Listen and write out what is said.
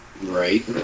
Right